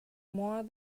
more